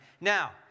Now